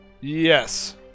Yes